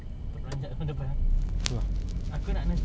ah ini kiranya sampai empat setengah sia bukan empat lima belas